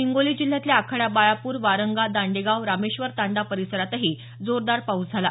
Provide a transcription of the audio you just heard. हिंगोली जिल्ह्यातल्या आखाडा बाळापूर वारंगा दांडेगाव रामेश्वर तांडा परिसरातही जोरदार पाऊस झाला